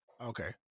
Okay